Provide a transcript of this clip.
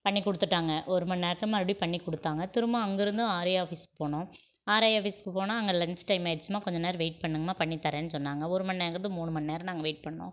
பண்ணி கொடுத்துட்டாங்க ஒரு மணி நேரம் மறுபடியும் பண்ணி கொடுத்தாங்க திரும்ப அங்கிருந்தும் ஆர்ஐ ஆஃபீஸ்க்கு போனோம் ஆர்ஐ ஆஃபீஸ்க்கு போனால் அங்கே லன்ச் டைம் ஆயிடுச்சும்மா கொஞ்ச நேரம் வெய்ட் பண்ணுங்கம்மா பண்ணி தரேன்னு சொன்னாங்கள் ஒரு மணி நேரங்கிறது மூணு மணி நேரம் நாங்கள் வெய்ட் பண்ணோம்